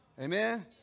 Amen